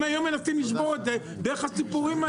הם היום מנסים לשבור דרך הסיפורים האלה,